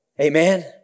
Amen